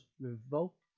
revoked